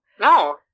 no